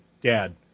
dad